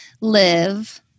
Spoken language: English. live